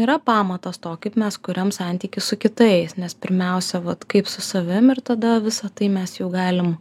yra pamatas to kaip mes kuriam santykį su kitais nes pirmiausia vat kaip su savim ir tada visą tai mes jau galim